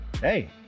Hey